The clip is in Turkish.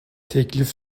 teklif